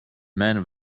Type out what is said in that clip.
man